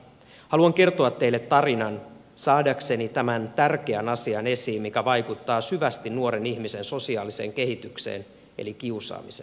haluan kertoa teille tarinan saadakseni tämän tärkeän asian esiin mikä vaikuttaa syvästi nuoren ihmisen sosiaaliseen kehitykseen eli kiusaamisen